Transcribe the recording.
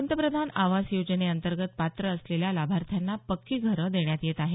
पंतप्रधान आवास योजनेअंतर्गत पात्र असलेल्या लाभार्थ्यांना पक्की घरं देण्यात येत आहेत